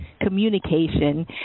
communication